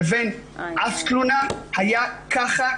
לבין אף תלונה היה ככה,